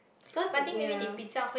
cause you know